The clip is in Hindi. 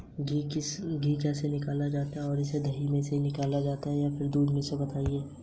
राष्ट्रिक स्वर्ण bond sovereign gold bond SGB क्या है और इसे कौन जारी करता है?